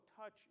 touch